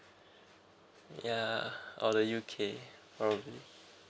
ya or the U_K